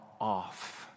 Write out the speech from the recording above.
off